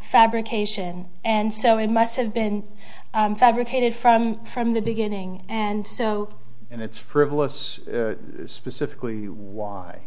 fabrication and so it must have been fabricated from from the beginning and so and it's frivolous specifically why